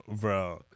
Bro